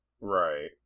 Right